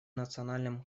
национальном